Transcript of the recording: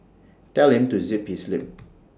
tell him to zip his lip